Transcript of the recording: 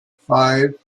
five